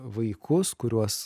vaikus kuriuos